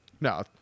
No